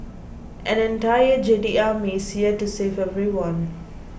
an entire Jedi Army is here to save everyone